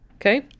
Okay